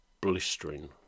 blistering